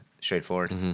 straightforward